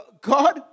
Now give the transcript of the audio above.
God